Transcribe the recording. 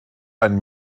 ein